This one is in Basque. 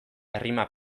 errima